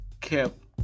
kept